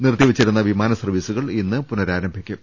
നിർത്തിവെച്ചിരുന്ന വിമാ നസർവീസുകൾ ഇന്ന് പുനരാരംഭിക്കും